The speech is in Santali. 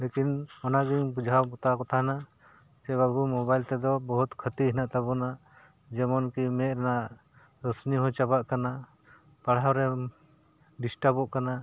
ᱞᱮᱠᱤᱱ ᱚᱱᱟᱜᱤᱧ ᱵᱩᱡᱷᱟᱣ ᱵᱟᱛᱟᱣ ᱠᱚ ᱛᱟᱦᱮᱱᱟ ᱥᱮ ᱵᱟᱹᱵᱩ ᱢᱳᱵᱟᱭᱤᱞ ᱛᱮᱫᱚ ᱵᱚᱦᱩᱛ ᱠᱷᱟᱹᱛᱤ ᱦᱮᱱᱟᱜ ᱛᱟᱵᱚᱱᱟ ᱡᱮᱢᱚᱱ ᱠᱤ ᱢᱮᱫ ᱨᱮᱱᱟᱜ ᱨᱚᱥᱱᱤ ᱦᱚᱸ ᱪᱟᱵᱟᱜ ᱠᱟᱱᱟ ᱯᱟᱲᱦᱟᱣ ᱨᱮ ᱰᱤᱥᱴᱟᱵᱚᱜ ᱠᱟᱱᱟ